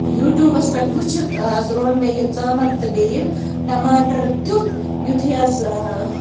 یوٗٹوٗبَس پٮ۪ٹھ وٕچھِتھ حظ روٚن مےٚ یہِ ژامَن تہٕ بیٚیہِ یہِ ٹَماٹر تِیُتھ یِتھُے حظ